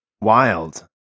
Wild